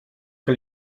que